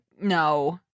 No